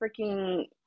freaking